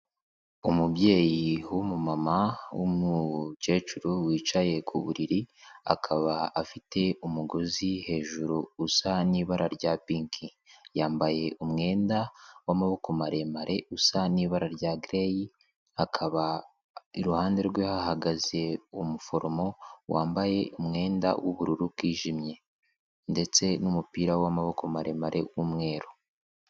Umubyeyi w'umumama w'umukecuru wicaye ku buriri, akaba afite umugozi hejuru usa n'ibara rya pink, yambaye umwenda w'amaboko maremare usa n'ibara rya grey, akaba iruhande rwe hahagaze umuforomo wambaye umwenda w'ubururu wijimye ndetse n'umupira w'amaboko maremare w'umweru.